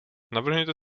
navrhněte